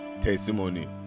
testimony